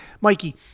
Mikey